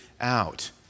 out